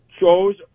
chose